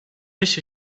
beş